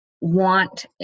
want